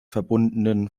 verbundenen